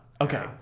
Okay